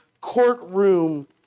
courtroom